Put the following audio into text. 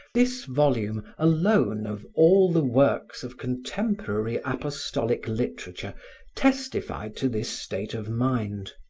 this volume alone of all the works of contemporary apostolic literature testified to this state of mind,